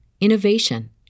innovation